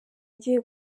agiye